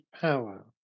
power